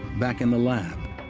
back in the lab,